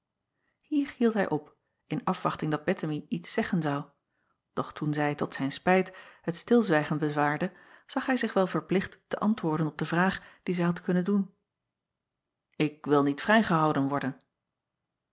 ier hield hij op in afwachting dat ettemie iets zeggen zou doch toen zij tot zijn spijt het stilzwijgen bewaarde zag hij zich wel verplicht te antwoorden op de vraag die zij had kunnen doen k wil niet vrijgehouden worden